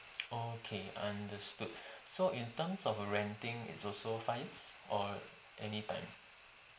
okay understood so in terms of a renting is also five or any time